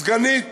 סגנית